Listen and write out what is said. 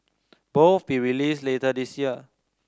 both be released later this year